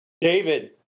David